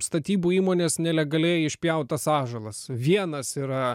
statybų įmonės nelegaliai išpjautas ąžuolas vienas yra